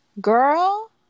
girl